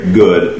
good